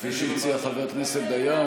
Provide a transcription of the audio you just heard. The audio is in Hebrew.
כפי שהציע חבר הכנסת דיין?